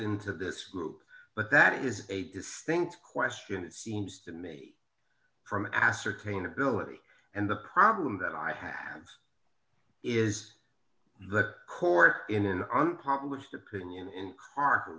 into this group but that is a distinct question it seems to me from ascertain ability and the problem that i have is the court in an unpopular opinion in khar